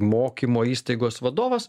mokymo įstaigos vadovas